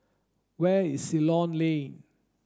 where is Ceylon Lane